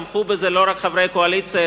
תמכו בה לא רק חברי קואליציה,